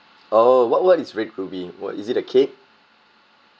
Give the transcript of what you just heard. oh what what is red ruby what is it a cake